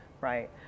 Right